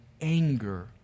anger